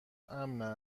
امن